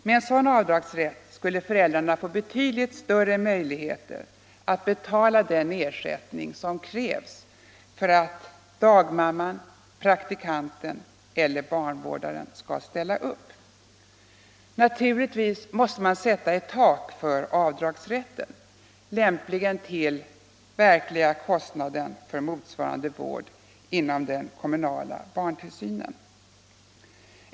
Med en sådan avdragsrätt skulle föräldrarna få betydligt större möjligheter att betala den ersättning som krävs för att dagmamman, praktikanten eller barnvårdaren skall ställa upp. Naturligtvis måste det sättas ett tak för avdragsrätten, lämpligen vid verkliga kostnaden för motsvarande vård inom den kommunala barntillsynen.